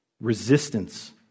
Resistance